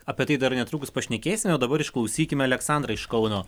apie tai dar netrukus pašnekėsime o dabar išklausykime aleksandrą iš kauno